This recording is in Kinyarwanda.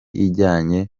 ijyanye